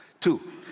Two